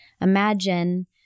imagine